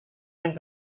yang